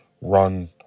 run